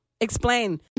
Explain